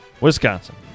Wisconsin